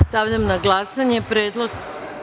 Stavljam na glasanje predlog.